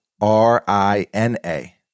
R-I-N-A